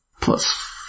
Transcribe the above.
plus